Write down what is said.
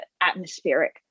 atmospheric